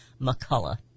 McCullough